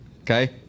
Okay